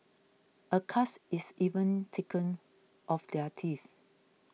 a cast is even taken of their teeth